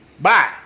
Bye